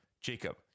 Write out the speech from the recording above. Jacob